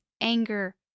anger